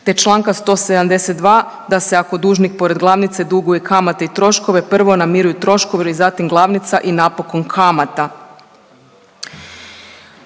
te čl. 172. da se ako dužnik pored glavnice duguje kamate i troškove prvo namiruju troškovi zatim glavnica i napokon kamata.